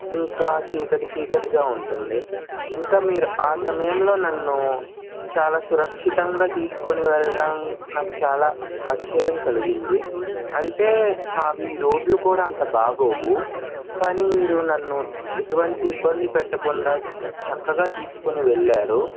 ఇంకా చీకటి చీకటిగా ఉంటుంది ఇంకా మీరు ఆ సమయంలో నన్ను చాలా సురక్షితంగా తీసుకొని వెళ్ళటం నాకు చాలా ఆశ్చర్యం కలిగింది అంటే మావి రోడ్లు కూడా అంత బాగోవు కానీ మీరు నన్ను ఎటువంటి ఇబ్బంది పెట్టకుండా చక్కగా తీసుకుని వెళ్ళారు